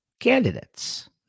candidates